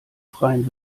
freien